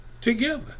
together